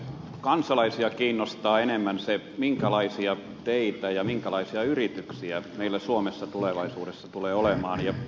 kansalaisia kiinnostaa enemmän se minkälaisia teitä ja minkälaisia yrityksiä meillä suomessa tulevaisuudessa tulee olemaan